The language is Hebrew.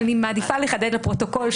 אבל אני מעדיפה לחדד לפרוטוקול,